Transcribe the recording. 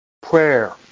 prayer